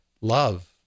love